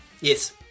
Yes